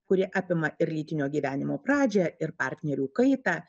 kuri apima ir lytinio gyvenimo pradžią ir partnerių kaitą